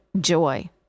joy